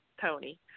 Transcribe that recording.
Tony